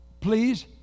please